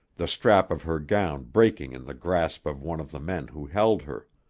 the strap of her gown breaking in the grasp of one of the men who held her.